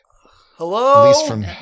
Hello